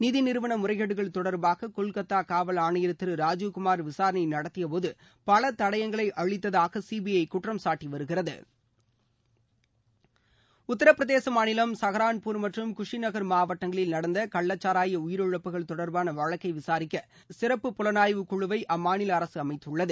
நிதிநிறுவன முறைகேடுகள் தொடர்பாக கொல்கத்தா காவல் ஆணையர் திரு ராஜிவ்குமார் விசாரணை நடத்தியபோது பல தடயங்களை அழித்ததாக சிபிஐ குற்றம்சாட்டி வருகிறது உத்திரபிரதேச மாநிலம் சகரான்பூர் மற்றும் குஷி நகர் மாவட்டங்களில் நடந்த கள்ளச்சாரய உயிரிழப்புகள் தொடர்பான வழக்கை விசாரிக்க சிறப்பு புலனாய்வு குழுவை அம்மாநில அரசு அமைத்துள்ளது